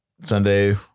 Sunday